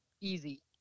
easy